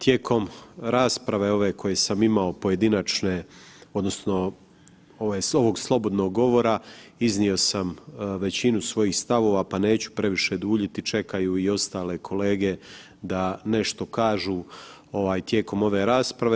Tijekom rasprave ove koje sam imao pojedinačne odnosno ovog slobodnog govora, iznio sam većinu svojih stavova pa neću previše duljiti, čekaju i ostale kolege da nešto kažu tijekom ove rasprave.